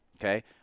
Okay